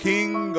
King